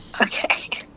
Okay